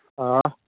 ꯑꯥ